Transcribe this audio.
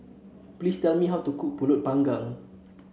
please tell me how to cook pulut Panggang